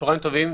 צוהריים טובים.